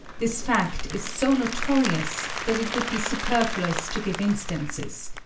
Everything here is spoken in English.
this fact is so notorious that it would be superfluous to give instances.